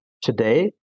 Today